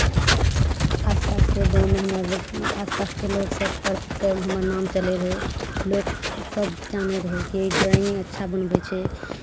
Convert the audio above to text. आसपासके गाँवमे हमर जबकि आसपासके लोग सबपर हमर नाम चलै रहै लोगसब जानै रहै कि ई ड्राइंग अच्छा बनबै छै